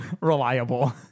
reliable